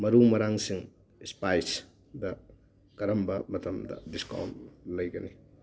ꯃꯥꯔꯨ ꯃꯔꯥꯡꯁꯤꯡ ꯏꯁꯄꯥꯏꯁ ꯗ ꯀꯔꯝꯕ ꯃꯇꯝꯗ ꯗꯤꯁꯀꯥꯎꯟ ꯂꯩꯒꯅꯤ